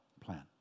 plan